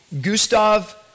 Gustav